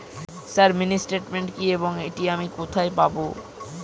Sir mini statement কি এবং এটি আমি কোথায় পাবো?